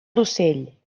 rossell